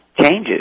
changes